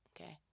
okay